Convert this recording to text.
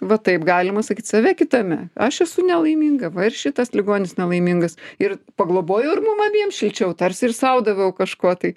va taip galima sakyt save kitame aš esu nelaiminga va ir šitas ligonis nelaimingas ir pagloboju ir mum abiem šilčiau tarsi ir sau daviau kažko tai